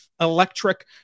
electric